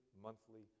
monthly